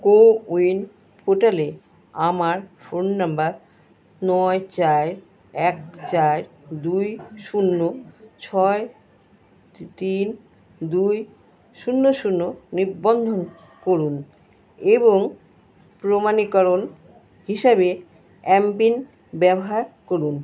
কো win পোর্টালে আমার phone number নয় চায় এক চার দুই শূন্য ছয় তি তিন দুই শূন্য শূন্য নিবন্ধন করুন এবং প্রমাণীকরণ হিসাবে অ্যামপিন ব্যবহার করুন